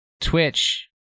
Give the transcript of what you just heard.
Twitch